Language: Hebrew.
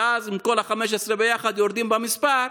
ואז, אם כל ה-15 ביחד יורדים מהמספר,